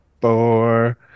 four